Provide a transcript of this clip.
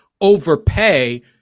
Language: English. overpay